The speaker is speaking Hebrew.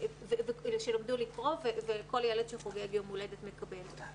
שלמדו לקרוא וכל ילד שחוגג יום הולדת מקבל.